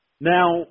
Now